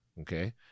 Okay